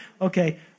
Okay